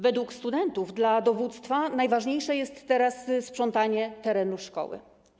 Według studentów dla dowództwa najważniejsze jest teraz sprzątanie terenu szkoły.